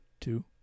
Two